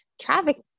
Traffic